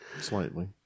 Slightly